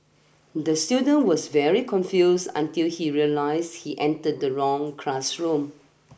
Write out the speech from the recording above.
the student was very confused until he realised he entered the wrong classroom